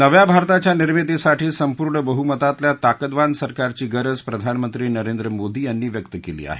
नव्या भारताच्या निर्मितीसाठी संपूर्ण बहुमतातल्या ताकदवान सरकारची गरज प्रधानमंत्री नरेंद्र मोदी यांनी व्यक्त केली आहे